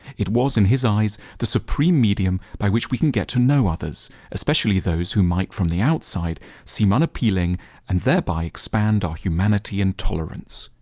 it was in his eyes, the supreme medium by which we can get to know others especially those who might from the outside seem unappealing and thereby expand our humanity and tolerance.